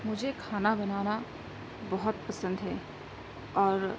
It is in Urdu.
مجھے کھانا بنانا بہت پسند ہے اور